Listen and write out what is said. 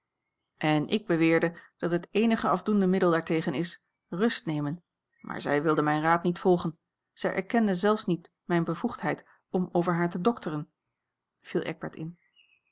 en ik beweerde dat het eenige afdoende middel daartegen is rust nemen maar zij wilde mijn raad niet volgen zij erkende zelfs niet mijne bevoegdheid om over haar te dokteren viel eckbert in